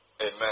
Amen